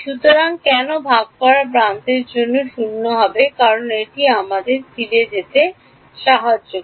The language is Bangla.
সুতরাং কেন ভাগ করা প্রান্তের জন্য ভি 0 হবে কারণ এটি আমাদের এখানে ফিরে যেতে ফিরে যেতে যাক